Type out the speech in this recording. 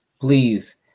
Please